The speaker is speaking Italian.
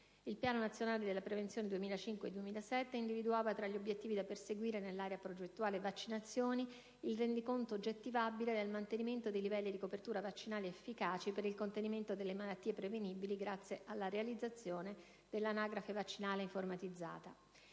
il Piano nazionale della prevenzione 2005-2007 individuava tra gli obiettivi da perseguire, nell'area progettuale delle vaccinazioni, il «rendiconto oggettivabile del mantenimento/implementazione dei livelli di copertura vaccinali efficaci per il contenimento delle malattie prevenibili, grazie alla realizzazione dell'anagrafe vaccinale informatizzata»;